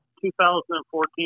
2014